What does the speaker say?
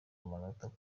amatora